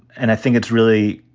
and i think it's really,